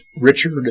Richard